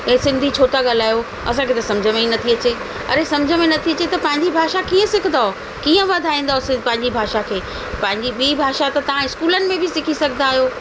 ही सिंधी छो था ॻाल्हायो असांखे त समुझ में ई न थी अचे अड़े समुझ में न थी अचे त पंहिंजी भाषा कीअं सिखंदव कीअं वधाईंदवसि पंहिंजी भाषा खे पंहिंजी ॿीं भाषा त तव्हां इस्कूलनि में बि सिखी सघंदा आहियो